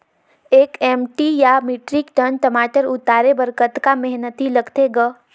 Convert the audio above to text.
एक एम.टी या metric ton टमाटर उतारे बर कतका मेहनती लगथे ग?